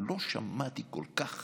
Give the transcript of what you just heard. ולא שמעתי כל כך